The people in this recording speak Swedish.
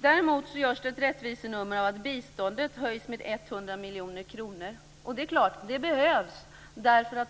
Däremot gör man ett rättvisenummer av att biståndet höjs med 100 miljoner kronor. Och det behövs!